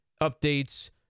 updates